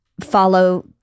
follow